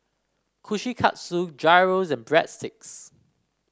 Kushikatsu Gyros and Breadsticks